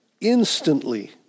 Instantly